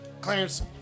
Clarence